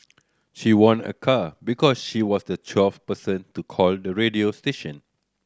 she won a car because she was the twelfth person to call the radio station